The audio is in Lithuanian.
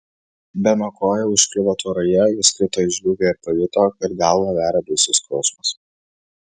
beno koja užkliuvo tvoroje jis krito į žliūgę ir pajuto kad galvą veria baisus skausmas